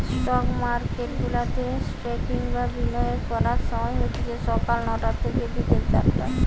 stock মার্কেটগুলাতে trading বা বিনিয়োগ করার সময় হতিছে সকাল নয়টা থিকে বিকেল চারটে